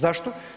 Zašto?